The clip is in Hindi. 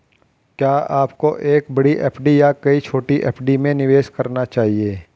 क्या आपको एक बड़ी एफ.डी या कई छोटी एफ.डी में निवेश करना चाहिए?